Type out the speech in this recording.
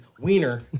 wiener